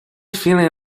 feeling